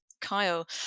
kyle